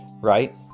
right